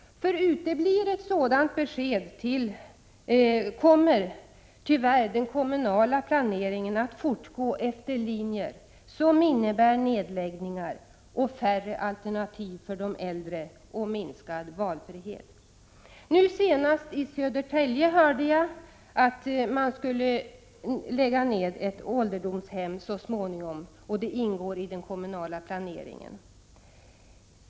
Uteblir ett sådant besked kommer tyvärr den kommunala planeringen att fortgå efter linjer som innebär nedläggningar, färre alternativ för de äldre och minskad valfrihet. Nu senast hörde jag att man i Södertälje skall lägga ned ett ålderdomshem så småningom — det ingår i den kommunala planeringen.